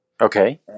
Okay